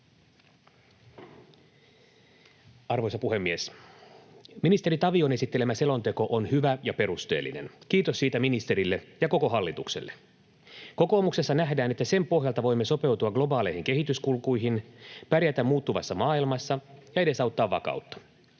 Arvoisa puhemies! Ministeri Tavion esittelemä selonteko on hyvä ja perusteellinen. Kiitos siitä ministerille ja koko hallitukselle. Kokoomuksessa nähdään, että sen pohjalta voimme sopeutua globaaleihin kehityskulkuihin, pärjätä muuttuvassa maailmassa ja edesauttaa vakautta.